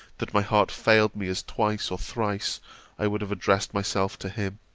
that my heart failed me as twice or thrice i would have addressed myself to him